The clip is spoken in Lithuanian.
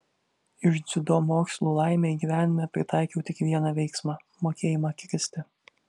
iš dziudo mokslų laimei gyvenime pritaikiau tik vieną veiksmą mokėjimą kristi